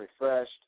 refreshed